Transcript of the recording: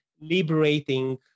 liberating